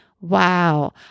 Wow